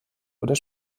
oder